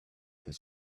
has